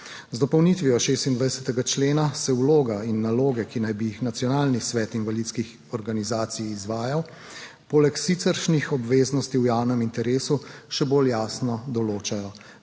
Z dopolnitvijo 26. člena se vloga in naloge, ki naj bi jih Nacionalni svet invalidskih organizacij izvajal, poleg siceršnjih obveznosti v javnem interesu še bolj jasno določajo.